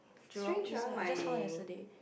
Jurong-East ah I just found yesterday